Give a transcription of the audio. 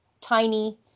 tiny